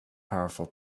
powerful